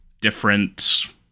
different